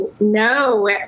No